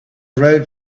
rode